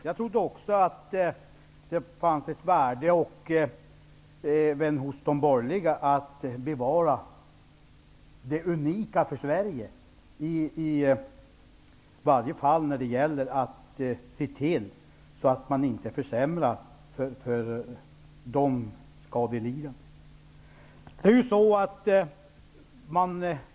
Jag trodde att det fanns ett värde även hos de borgerliga för att bevara det unika för Sverige -- i varje fall när det gäller att inte försämra för de skadelidande.